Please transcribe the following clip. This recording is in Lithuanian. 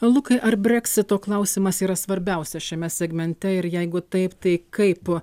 lukai ar breksito klausimas yra svarbiausias šiame segmente ir jeigu taip tai kaip